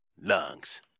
lungs